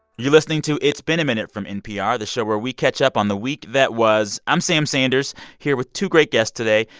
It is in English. you're listening to it's been a minute from npr, the show where we catch up on the week that was. i'm sam sanders here with two great guests today,